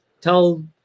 tell